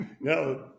No